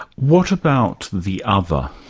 what about the other?